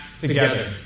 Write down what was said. together